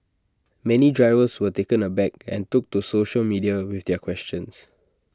many drivers were taken aback and took to social media with their questions